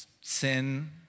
sin